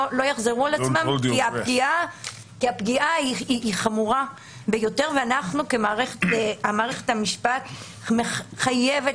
יחזרו על עצמם כי הפגיעה היא חמורה ביותר ומערכת המשפט חייבת